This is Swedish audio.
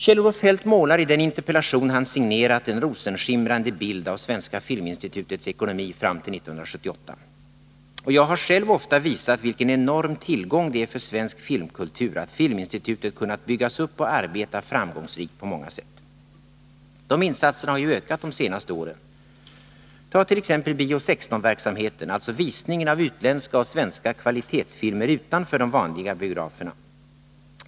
Kjell-Olof Feldt målar i den interpellation som han har signerat en rosenskimrande bild av Svenska filminstitutets ekonomi fram till 1978. Jag har själv ofta visat vilken enorm tillgång det är för svensk filmkultur att Filminstitutet har kunnat byggas upp och arbeta framgångsrikt på många sätt. De insatserna har ju ökat under de senaste åren. Ta t.ex. Bio 16-verksamheten, alltså visningen av utländska och svenska kvalitetsfilmer utanför de vanliga biograferna.